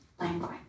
language